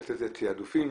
לתת תעדופים,